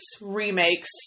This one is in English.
remakes